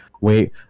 wait